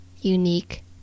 unique